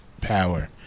power